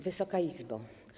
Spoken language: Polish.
Wysoka Izbo!